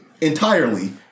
entirely